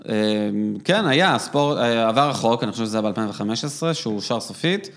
כן, היה ספורט, עבר רחוק, אני חושב שזה היה ב-2015, שהוא אושר סופית.